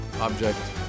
object